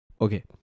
Okay